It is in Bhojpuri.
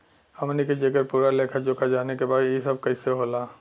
हमनी के जेकर पूरा लेखा जोखा जाने के बा की ई सब कैसे होला?